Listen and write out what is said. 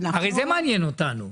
הרי זה מעניין אותנו.